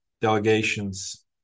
delegations